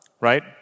Right